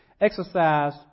exercise